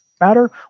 matter